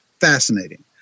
fascinating